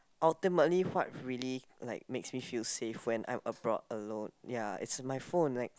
ultimately what really like makes me feel safe when I'm abroad alone ya it's my phone like